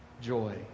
joy